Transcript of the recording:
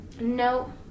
No